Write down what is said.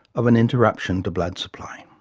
of an interruption to blood supply.